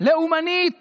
לאומנית